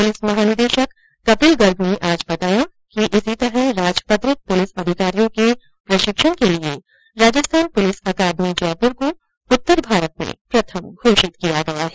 police महानिदेशक कपिल गर्ग ने आज बताया कि इसी तरह राजपत्रित पुलिस अधिकारियों के प्रशिक्षण के लिए राजस्थान पुलिस अकादमी जयपुर को उत्तर भारत में प्रथम घोषित किया गया है